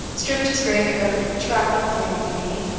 stripped his great-coat to wrap up the young lady,